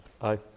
Aye